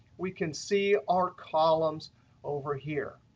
we can see our columns over here.